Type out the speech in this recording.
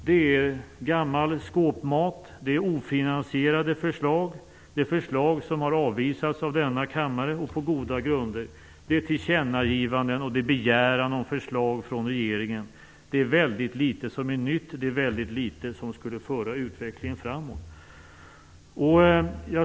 Det är gammal skåpmat och det är ofinansierade förslag. Det är förslag som har avvisats av denna kammare på goda grunder. Det är tillkännagivanden och begäran om förslag från regeringen. Det är väldigt litet som är nytt. Det är väldigt litet som skulle föra utvecklingen framåt.